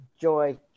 Joy